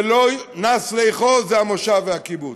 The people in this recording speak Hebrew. שלא נס ליחו, זה המושב והקיבוץ.